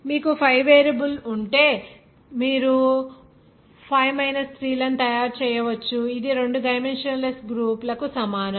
మీకు 5 వేరియబుల్ ఉంటే మీరు 5 3 ను తయారు చేయవచ్చు అది రెండు డైమెన్షన్ లెస్ గ్రూపు లకు సమానం